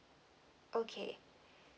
okay